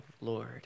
Lord